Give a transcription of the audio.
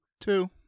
two